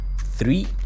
three